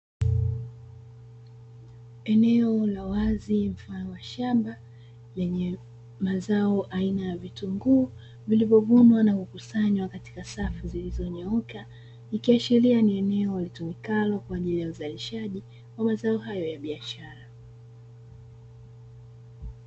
Eneo la wazi mfano wa shamba lenye mazao aina ya vitunguu vilivyovunwa na kukusanywa katika safu zilizo nyooka, ikiashiria ni eneo litumikalo kwaajili ya uzalishaji wa mazao hayo ya biashara